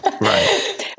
right